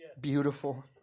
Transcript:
beautiful